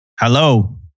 hello